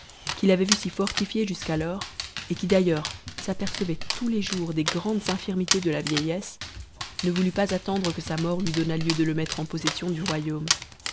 qui l'avait vu s'y y brtiuer jusqu'alors et qui d'ailleurs s'apercevait tous les jours des grandes infirmités de la vieillesse ne voulut pas attendre que sa mort lui donnât lieu de le mettre en possession du royaume